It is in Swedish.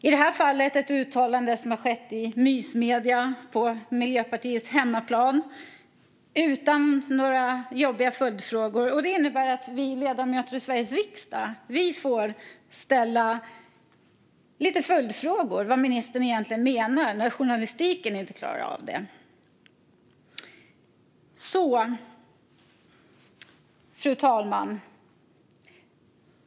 I det här fallet är det ett uttalande som har skett i mysmedia, på Miljöpartiets hemmaplan, utan några jobbiga följdfrågor. Det innebär att vi ledamöter i Sveriges riksdag får ställa följdfrågor om vad ministern egentligen menar när journalistiken inte klarar av det. Fru talman!